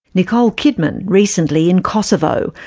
nicole kidman, recently in kosovo,